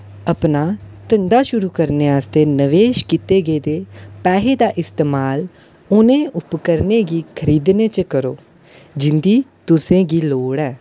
अपना धंदा शुरू करने आस्तै नवेश कीते गेदे पैहे दा इस्तेमाल उ'नें उपकरणें गी खरीदने च करो जिं'दी तुसें गी लोड़ ऐ